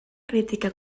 crítica